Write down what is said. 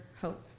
hope